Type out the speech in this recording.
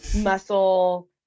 muscle